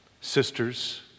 sisters